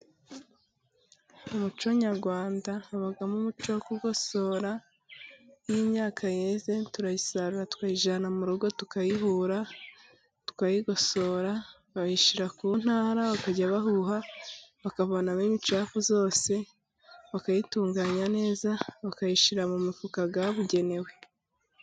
Mu muco nyarwanda habamo umuco wo kugosora, iyo imyaka yeze turayisarura tuyijyana mu rugo tukayihura, tukayigosora bayishyira ku ntara bakajya bahuha bakayinamo imishafu yose bakayitunganya neza bakayishyira mu mufuka yabugenewe.